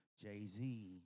Jay-Z